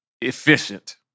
efficient